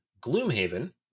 Gloomhaven